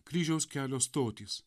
kryžiaus kelio stotys